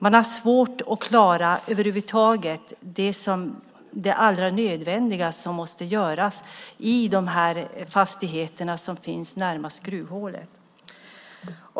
Man har svårt att klara det allra nödvändigaste som måste göras i de fastigheter som finns närmast gruvhålet.